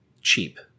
cheap